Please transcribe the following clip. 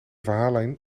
verhaallijn